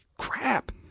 Crap